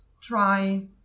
try